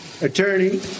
attorney